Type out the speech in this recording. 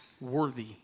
worthy